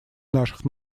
наших